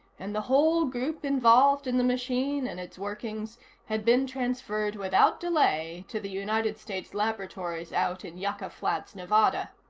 and the whole group involved in the machine and its workings had been transferred without delay to the united states laboratories out in yucca flats, nevada.